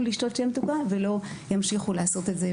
לשתות שתייה מתוקה ולא ימשיכו לעשות את זה,